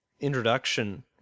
introduction